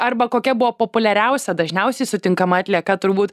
arba kokia buvo populiariausia dažniausiai sutinkama atlieka turbūt